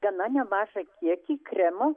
gana nemažą kiekį kremo